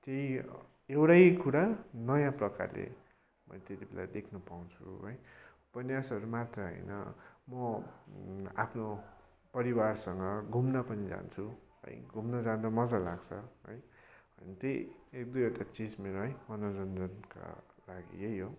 त्यही एउटै कुरा नयाँ प्रकारले मैले त्यति बेला देख्न पाउँछु है उपन्यासहरू मात्र होइन म आफ्नो परिवारसँग घुम्न पनि जान्छु है घुम्न जानु मजा लाग्छ है अनि त्यही एक दुईवटा चिज मेरो है मनोरञ्जनका लागि यही हो